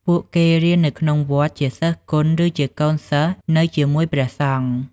ពួកគេរស់នៅក្នុងវត្តជាសិស្សគណឬជាកូនសិស្សនៅជាមួយព្រះសង្ឃ។